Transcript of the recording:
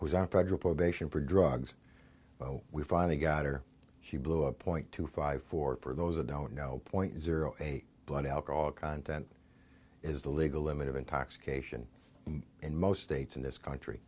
was on federal probation for drugs we finally got her she blew a point two five four for those that don't know point zero eight blood alcohol content is the legal limit of intoxication in most states in this country